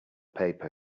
paper